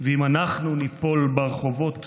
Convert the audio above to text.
"אם אנחנו ניפול ברחובות,